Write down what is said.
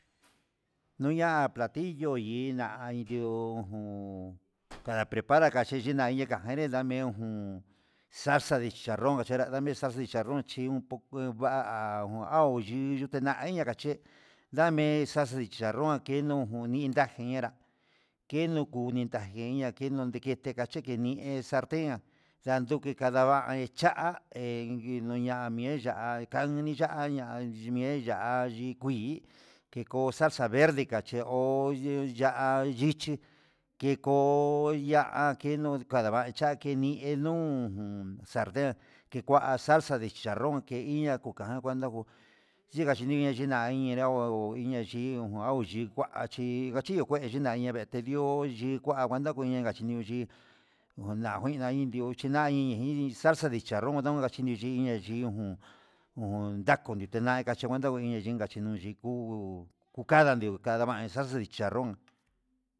Nuña platillo yinai ndi'ó jun prepara kachichi nandeka, enre ndame jun salsa de chicharrón chenra ndame salsa de chicharron chí uun ku va'a, yuteñaya ndakaché ndame salsa de chicharron keno ndinda jenrá kenu juni takeña keno ka kenre kancheke ni he salten ndaduke kanava'a ne cha ndamié ya'á ngannini ya'á ña'a yimie ya'á ikui keko salsa verde kayo'o yuya ya'á yichí keko keno kava'a chakeni nujun salten kekua salsa de chicharron ke kuei iñpa na kuu kuanda ko yinga yiniña ke kuan innguiña ñenrago inya'a chí nojan udiku'a chi kuii nana xhi ihó yuu tangua yee nama chi ihó ndaguan ndakuña inka chí niuyii ona indió china i in salsa de chicharro kuña ndichiu uun ndaku ndutenai nguachi kuenta yuchininka, chinuxhi nguu kuu kanda ndio ku kada nguan en salsa de chicharrón.